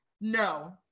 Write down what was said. No